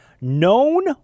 known